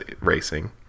racing